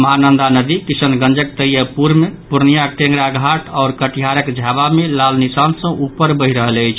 महानंदा नदी किशनगंजक तैएबपुर मे पूर्णियाक ढेंगराघाट आओर कटिहारक झावा मे लाल निशान सँ ऊपर बहि रहल अछि